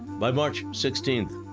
by march sixteenth,